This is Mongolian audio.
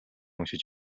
уншиж